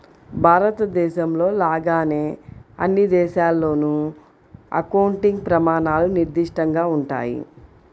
భారతదేశంలో లాగానే అన్ని దేశాల్లోనూ అకౌంటింగ్ ప్రమాణాలు నిర్దిష్టంగా ఉంటాయి